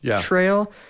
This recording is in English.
trail